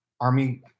army